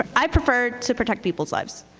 but i prefer to protect people's lives.